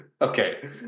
Okay